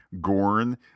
Gorn